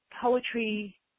Poetry